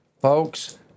folks